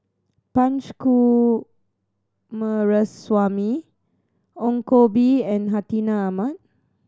Punch Coomaraswamy Ong Koh Bee and Hartinah Ahmad